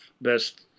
best